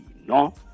no